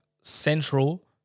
central